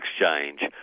exchange